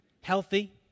healthy